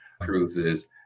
cruises